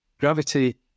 Gravity